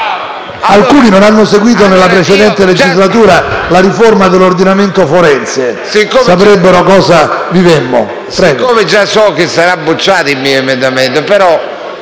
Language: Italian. Alcuni non hanno seguito nella precedente legislatura la riforma dell'ordinamento forense e non sanno cosa vivemmo.